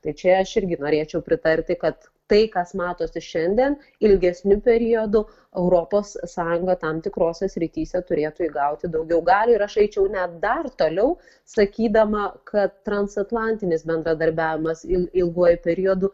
tai čia aš irgi norėčiau pritarti kad tai kas matosi šiandien ilgesniu periodu europos sąjunga tam tikrose srityse turėtų įgauti daugiau galių ir aš eičiau net dar toliau sakydama kad transatlantinis bendradarbiavimas il ilguoju periodu